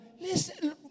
Listen